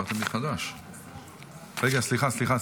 רגע, סליחה,